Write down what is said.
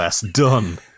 done